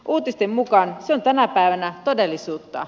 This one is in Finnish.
uutisten mukaan se on tänä päivänä todellisuutta